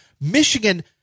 Michigan